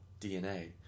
DNA